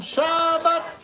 Shabbat